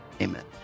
amen